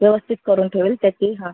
व्यवस्थित करून ठेवेल त्याची हा